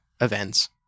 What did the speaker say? events